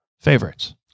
favorites